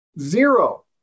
zero